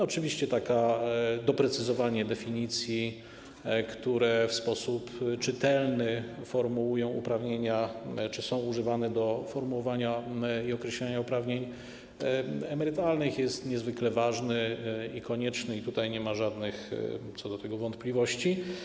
Oczywiście takie doprecyzowanie definicji, które w sposób czytelny formułują uprawnienia czy są używane do formułowania i określania uprawnień emerytalnych, jest niezwykle ważne i konieczne, nie ma żadnych co do tego wątpliwości.